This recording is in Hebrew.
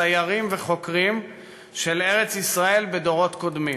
סיירים וחוקרים של ארץ-ישראל בדורות קודמים.